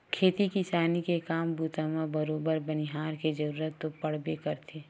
खेती किसानी के काम बूता म बरोबर बनिहार के जरुरत तो पड़बे करथे